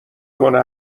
کنه